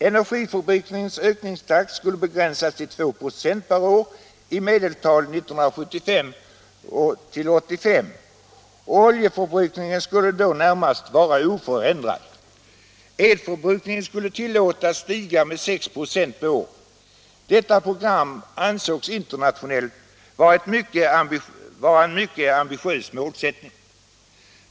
Energiförbrukningens ökningstakt skulle begränsas till 296 per år i medeltal under åren 1975-1985. Oljeförbrukningen skulle då vara i det närmaste oförändrad. Elförbrukningen skulle tillåtas stiga med 6 96 per år. Detta program ansågs internationellt vara en mycket ambitiös målsättning.